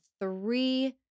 three